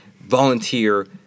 volunteer